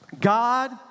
God